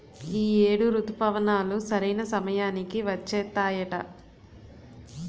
ఈ ఏడు రుతుపవనాలు సరైన సమయానికి వచ్చేత్తాయట